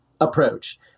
approach